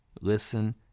Listen